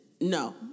no